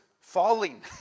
falling